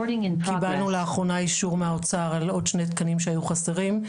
קיבלנו לאחרונה אישור מהאוצר על עוד שני תקנים שהיו חסרים,